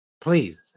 please